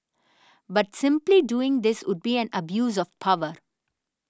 but simply doing this would be an abuse of power